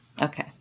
Okay